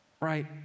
Right